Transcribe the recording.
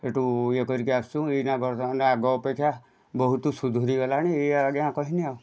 ହେଟୁ ଇଏ କରିକି ଆସୁ ଏଇନା ବର୍ତ୍ତମାନ ଆଗ ଅପେକ୍ଷା ବହୁତ ସୁଧୁରି ଗଲାଣି ଏୟା ଆଜ୍ଞା କହିନି ଆଉ